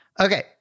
Okay